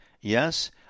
Yes